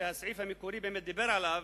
כאשר הסעיף המקורי באמת דיבר על כך,